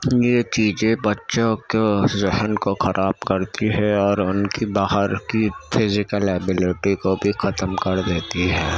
یہ چیزیں بچوں کو ذہن کو خراب کرتی ہے اور ان کی باہر کی فیزیکل ایبیلیٹی کو بھی ختم کر دیتی ہے